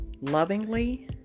lovingly